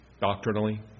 doctrinally